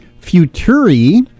Futuri